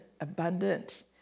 abundant